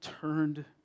turned